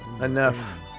enough